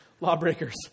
lawbreakers